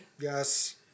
yes